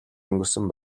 өнгөрсөн